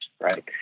right